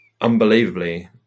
unbelievably